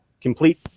complete